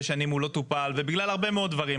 שנים הוא לא טופל ובגלל הרבה מאוד דברים.